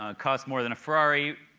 ah cost more than a ferrari.